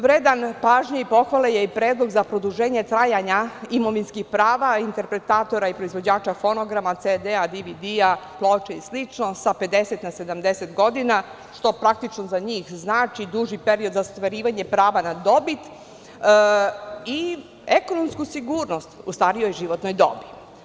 Vredan pažnje i pohvale je i predlog za produženje trajanja imovinskih prava interpretatora i proizvođača fonograma, CD, DVD, ploča i slično, sa 50 na 70 godina, što praktično za njih znači duži period za ostvarivanje prava na dobit i ekonomsku sigurnost u starijoj životnoj dobi.